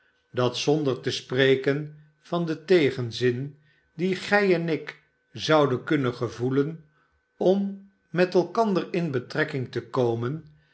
dat zonder te spreken van den tegenzin dien gij en ik zouden kunnen gevoelen om met elkander in betrekking te komen